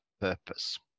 purpose